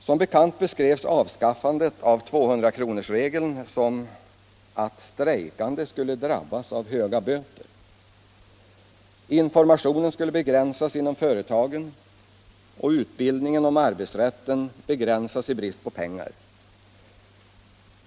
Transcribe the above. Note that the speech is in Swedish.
Som bekant beskrevs avskaffandet av 200-kronorsregeln så att strejkande skulle drabbas av höga böter. Informationen skulle begränsas inom företagen och utbildningen om arbetsrätten begränsas i brist på pengar.